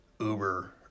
Uber